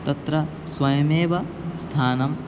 तत्र स्वयमेव स्थानं